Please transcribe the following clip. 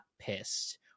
pissed